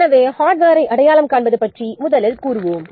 எனவே ஹார்ட்வேரை அடையாளம் காண்பது பற்றி முதலில் கூறுவோம்